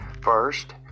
First